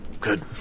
Good